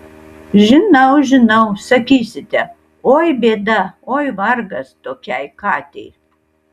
žinau žinau sakysite oi bėda oi vargas tokiai katei